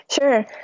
Sure